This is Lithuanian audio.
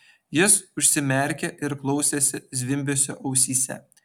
jis užsimerkė ir klausėsi zvimbesio ausyse